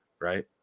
right